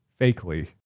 Fakely